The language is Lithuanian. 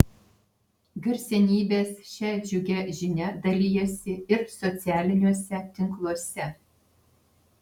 garsenybės šia džiugia žinia dalijasi ir socialiniuose tinkluose